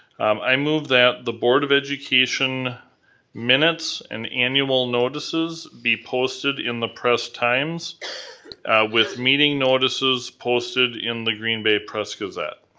i move that the board of education minutes and annual notices be posted in the press times with meeting notices posted in the green bay press gazette.